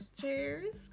Cheers